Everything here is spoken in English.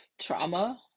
trauma